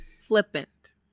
flippant